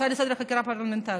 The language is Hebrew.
הצעה לסדר-היום לחקירה פרלמנטרית.